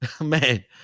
man